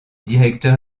directeur